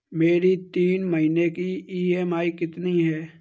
मेरी तीन महीने की ईएमआई कितनी है?